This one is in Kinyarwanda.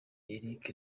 eric